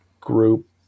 group